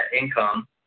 income